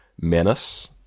menace